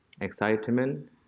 excitement